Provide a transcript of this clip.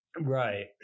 Right